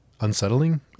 unsettling